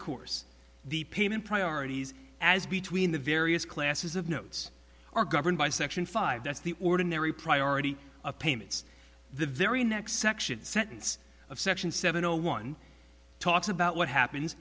course the payment priorities as between the various classes of notes are governed by section five that's the ordinary priority of payments the very next section sentence of section seven zero one talks about what happens